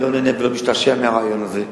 אני לא נהנה ולא משתעשע מהרעיון הזה.